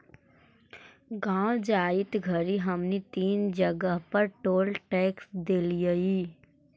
गाँव जाइत घड़ी हमनी तीन जगह पर टोल टैक्स देलिअई